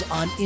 on